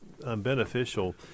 beneficial